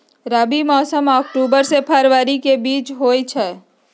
रबी मौसम अक्टूबर से फ़रवरी के बीच में होई छई